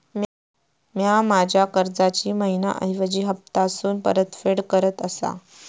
म्या माझ्या कर्जाची मैहिना ऐवजी हप्तासून परतफेड करत आसा